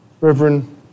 Reverend